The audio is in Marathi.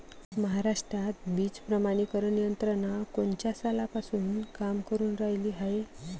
महाराष्ट्रात बीज प्रमानीकरण यंत्रना कोनच्या सालापासून काम करुन रायली हाये?